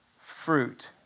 fruit